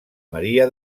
maria